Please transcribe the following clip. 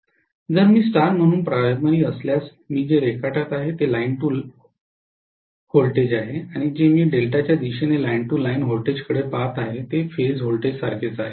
जर मी स्टार म्हणून प्राथमिक असल्यास मी जे रेखाटत आहे ते लाईन टू व्होल्टेज आहे आणि जे मी डेल्टाच्या दिशेने लाइन टू लाइन व्होल्टेजकडे पहात आहे ते फेज व्होल्टेजसारखेच आहे